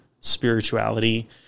spirituality